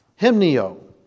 hymnio